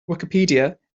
wikipedia